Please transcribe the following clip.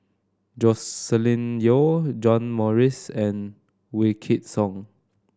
Joscelin Yeo John Morrice and Wykidd Song